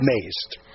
amazed